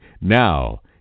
Now